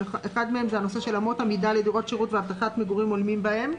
אחד מהם זה הנושא של אמות מידה לדירות שירות והבטחת מגורים הולמים בהם,